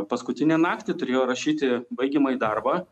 paskutinę naktį turėjo rašyti baigiamąjį darbą